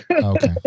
okay